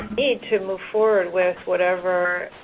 need to move forward with whatever